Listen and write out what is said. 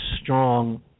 strong